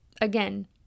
Again